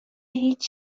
هیچ